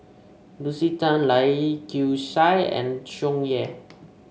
Lucy Tan Lai Kew Chai and Tsung Yeh